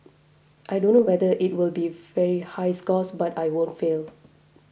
I don't know whether it'll be very high scores but I won't fail